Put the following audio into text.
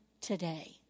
today